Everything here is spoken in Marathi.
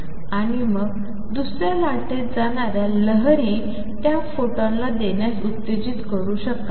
आणि मग दुसर्या लाटेत जाणारी लहर त्या फोटॉनला देण्यास उत्तेजित करू शकेल